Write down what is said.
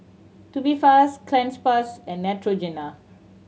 Tubifast Cleanz Plus and Neutrogena